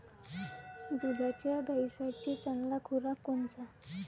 दुधाच्या गायीसाठी चांगला खुराक कोनचा?